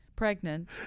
pregnant